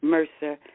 Mercer